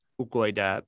ukoida